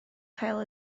cael